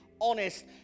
honest